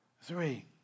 Three